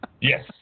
Yes